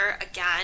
Again